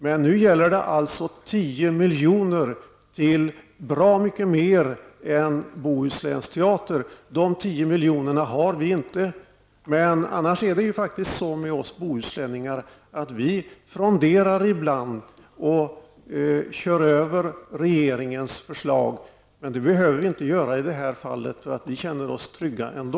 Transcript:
Men nu gäller det alltså 10 milj.kr. till bra mycket mer än länsteatern i Bohuslän. Dessa 10 milj.kr. har vi inte. Annars fronderar vi bohuslänningar ibland och kör över regeringens förslag. Men det behöver vi inte göra i detta fall, eftersom vi känner oss trygga ändå.